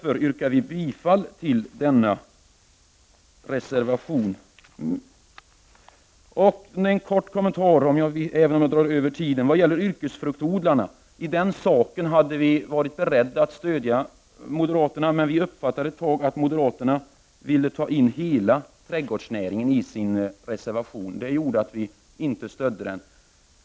Jag yrkar bifall till reservation 17. När det gäller yrkesfruktodlarna hade vi varit beredda att stödja moderaterna. Vi uppfattade det dock som att moderaterna ville låta sin reservation gälla hela trädgårdsnäringen. Det gjorde att vi inte stödde den.